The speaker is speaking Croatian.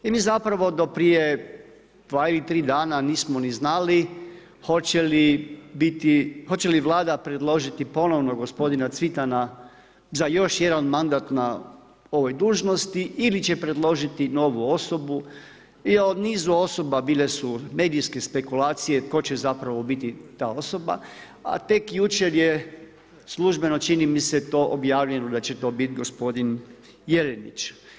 I mi zapravo do prije 2 ili 3 dana, nismo ni znali, hoće li biti, hoće li Vlada predložiti ponovno gospodina Cvitana za još jedan mandat na ovoj dužnosti ili će predložiti novu osobu i od niza osoba bile su medijske spekulacije tko će zapravo biti ta osoba, a tek jučer je službeno čini mi se to objavljeno da će to biti gospodin Jelenić.